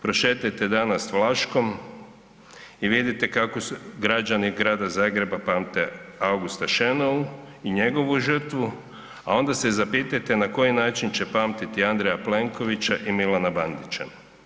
Prošetajte danas Vlaškom i vidite kako su građani Grada Zagreba pamte Augusta Šenou i njegovu žrtvu, a onda se zapitajte na koji način će pamtiti Andreja Plenkovića i Milana Bandića.